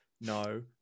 No